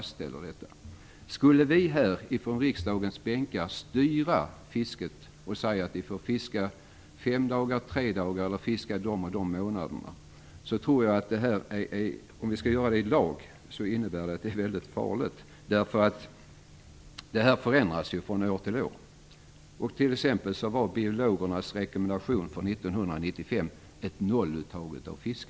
Skulle vi i lag styra fisket från riksdagens bänkar, och säga att man får fiska fem eller tre dagar och de och de månaderna, så tror jag att det skulle innebära väldiga faror. Det förändras ju från år till år. Biologernas rekommendation för 1995 var t.ex. ett nolluttag av fisk.